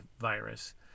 virus